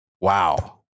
Wow